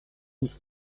dix